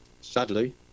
Sadly